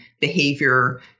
behavior